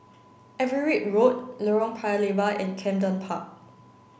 Everitt Road Lorong Paya Lebar and Camden Park